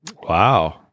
Wow